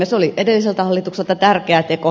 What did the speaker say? se oli edelliseltä hallitukselta tärkeä teko